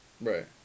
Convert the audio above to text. Right